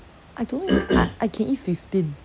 I don't know if I I can eat fifteen